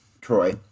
troy